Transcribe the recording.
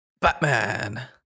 Batman